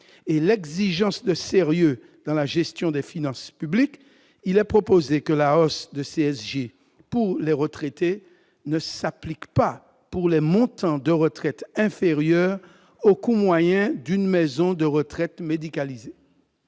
et l'exigence de sérieux dans la gestion des finances publiques, il est proposé que la hausse de CSG pour les retraités ne s'applique pas pour les montants de retraite inférieurs au coût moyen d'une maison de retraite médicalisée.